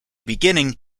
beginning